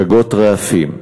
גגות רעפים,